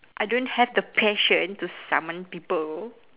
I don't have the passion to saman people